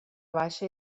baixa